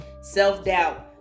self-doubt